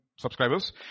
subscribers